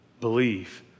believe